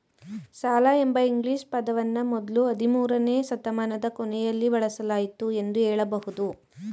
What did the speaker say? ಸಾಲ ಎಂಬ ಇಂಗ್ಲಿಷ್ ಪದವನ್ನ ಮೊದ್ಲು ಹದಿಮೂರುನೇ ಶತಮಾನದ ಕೊನೆಯಲ್ಲಿ ಬಳಸಲಾಯಿತು ಎಂದು ಹೇಳಬಹುದು